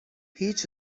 هیچ